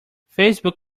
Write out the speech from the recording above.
facebook